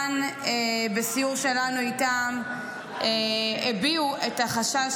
בסיור שלנו איתם ער"ן הביעו את החשש